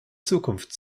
zukunft